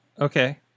Okay